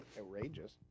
outrageous